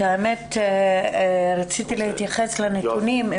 רציתי להתייחס לנתונים.